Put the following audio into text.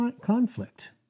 conflict